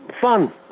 fun